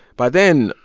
by then,